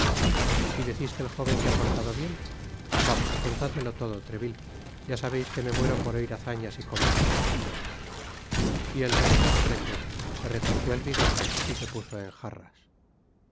y decis que el jóven se ha portado bien vamos contádmelo todo treville ya sabeis que me muero por oir hazañas y combates y el rey luis xiii se retorció el bigote y se puso en jarras